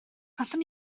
allwn